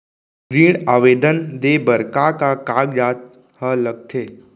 ऋण आवेदन दे बर का का कागजात ह लगथे?